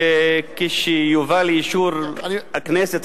כשיובא לאישור הכנסת,